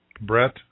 Brett